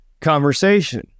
conversation